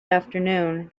afternoon